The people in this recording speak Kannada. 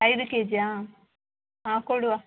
ಐದು ಕೇ ಜಿಯಾ ಹಾಂ ಕೊಡುವ